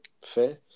fair